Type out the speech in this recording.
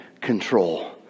control